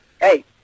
Hey